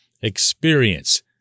experience